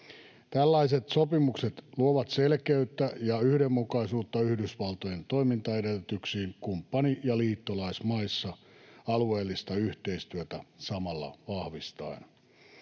Tällaiset sopimukset luovat selkeyttä ja yhdenmukaisuutta Yhdysvaltojen toimintaedellytyksiin kumppani‑ ja liittolaismaissa alueellista yhteistyötä samalla vahvistaen.